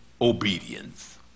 obedience